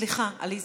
סליחה, עליזה,